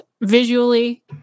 visually